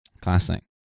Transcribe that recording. Classic